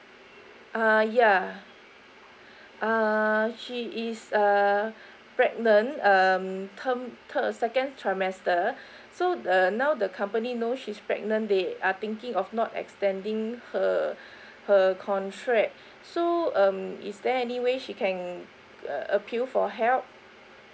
uh yeah uh she is err pregnant um ter~ ter~ second trimester so err now the company know she's pregnant they are thinking of not extending her her contract so um is there any way she can uh appeal for help